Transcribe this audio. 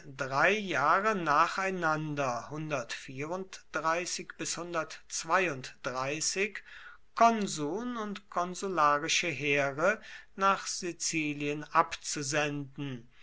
drei jahre nacheinander konsuln und konsularische heere nach sizilien abzusenden